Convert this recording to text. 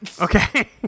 Okay